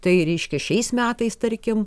tai reiškia šiais metais tarkim